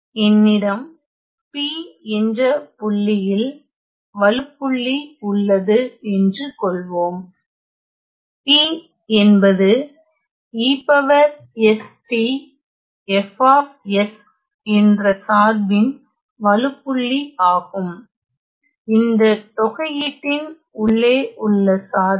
என்னிடம் P என்ற புள்ளியில் வழுப்புள்ளி உள்ளது என்று கொள்வோம் P என்பது estF என்ற சார்பின் வழுப்புள்ளி ஆகும் இந்த தொகையீட்டின் உள்ளே உள்ள சார்பு